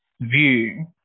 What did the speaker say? view